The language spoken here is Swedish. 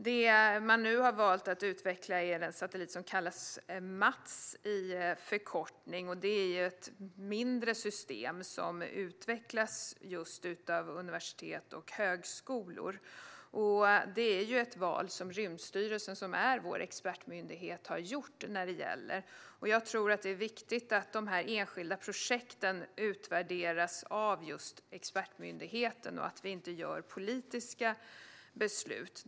Det man nu har valt att utveckla är den satellit som kallas Mats efter en förkortning. Det är ett mindre system som utvecklas av universitet och högskolor. Detta är ett val som vår expertmyndighet Rymdstyrelsen har gjort. Jag tror att det är viktigt att de här enskilda projekten utvärderas av just expertmyndigheten och att vi inte fattar politiska beslut.